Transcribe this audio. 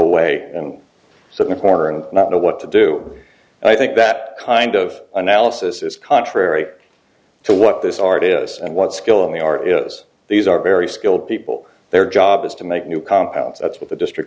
away and so in the corner and not know what to do and i think that kind of analysis is contrary to what this art is and what skill in the art is these are very skilled people their job is to make new compounds that's what the district